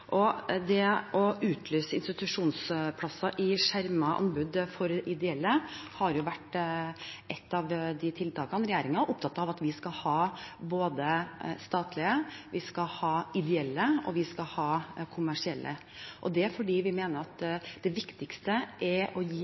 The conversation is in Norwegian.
Det å utlyse institusjonsplasser i skjermede anbud for ideelle har vært ett av tiltakene. Regjeringen er opptatt av at vi skal ha statlige, vi skal ha ideelle, og vi skal ha kommersielle. Det er fordi vi mener at det viktigste er å gi